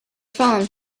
phone